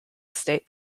estate